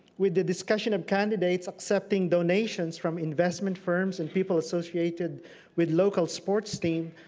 with the discussion of candidates accepting donations from investment firms and people associated with local sports team,